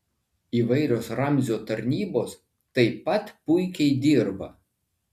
įvairios ramzio tarnybos taip pat puikiai dirba